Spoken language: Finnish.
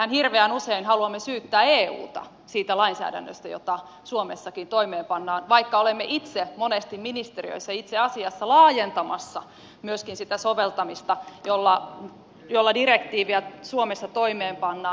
mehän hirveän usein haluamme syyttää euta siitä lainsäädännöstä jota suomessakin toimeenpannaan vaikka olemme itse monesti ministeriöissä itse asiassa laajentamassa myöskin sitä soveltamista jolla direktiiviä suomessa toimeenpannaan